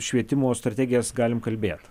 švietimo strategijas galime kalbėt